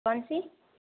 कौनसी